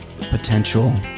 potential